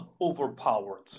overpowered